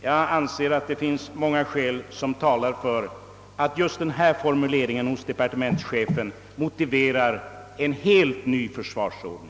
Jag anser att just denna formulering i departementschefens uttalande motiverar en helt ny försvarsordning.